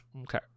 Okay